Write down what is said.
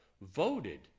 voted